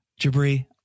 Jabri